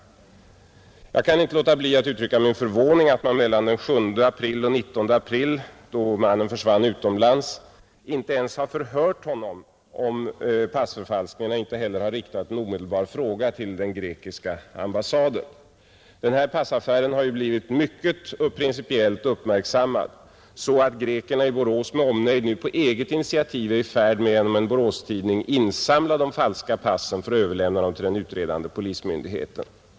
Jag kan inte låta bli att uttrycka min förvåning över att man mellan den 7 april och den 19 april, då mannen försvann till utlandet, inte ens har förhört honom om passförfalskningarna och inte heller har riktat en omedelbar fråga till den grekiska ambassaden, Den här passaffären har ju blivit mycket och principiellt uppmärksammad, så att grekerna i Borås med omnejd nu på eget initiativ är i färd med att genom en Boråstidning insamla de falska passen för att överlämna dem till den utredande polismyndigheten.